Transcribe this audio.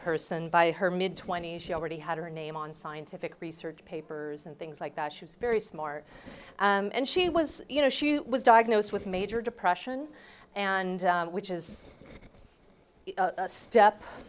person by her mid twenty's she already had her name on scientific research papers and things like that she was very smart and she was you know she was diagnosed with major depression and which is a step